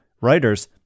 writers